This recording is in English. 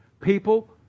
People